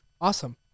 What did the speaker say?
Awesome